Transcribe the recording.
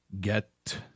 get